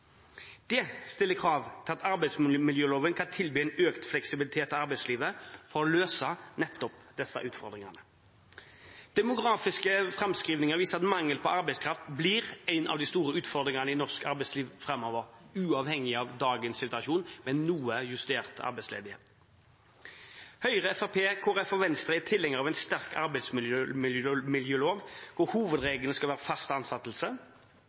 Det stiller krav til at arbeidsmiljøloven kan tilby en økt fleksibilitet til arbeidslivet for å løse nettopp disse utfordringene. Demografiske framskrivninger viser at mangel på arbeidskraft blir en av de store utfordringene i norsk arbeidsliv framover, uavhengig av dagens situasjon – med noe justert arbeidsledighet. Høyre, Fremskrittspartiet, Kristelig Folkeparti og Venstre er tilhengere av en sterk arbeidsmiljølov, hvor hovedregelen skal være fast ansettelse,